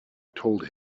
told